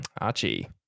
Archie